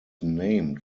named